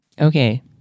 Okay